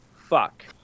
fuck